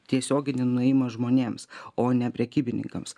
tiesioginį nuėjimą žmonėms o ne prekybininkams